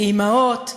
כאימהות,